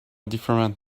different